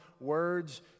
words